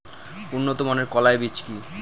উন্নত মানের কলাই বীজ কি?